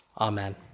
Amen